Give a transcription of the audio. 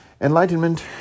Enlightenment